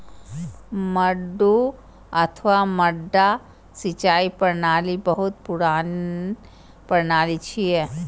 मड्डू अथवा मड्डा सिंचाइ प्रणाली बहुत पुरान प्रणाली छियै